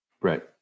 Right